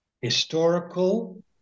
historical